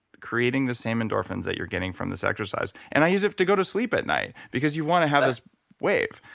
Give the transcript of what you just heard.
creating the same endorphins that you're getting from this exercise. and i use it to go to sleep at night. because you want to have this wave.